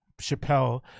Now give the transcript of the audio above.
chappelle